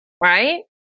right